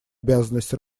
обязанность